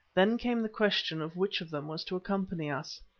then came the question of which of them was to accompany us.